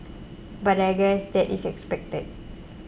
but I guess that is expected